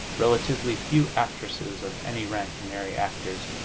relatively few actresses of any rank marry actors.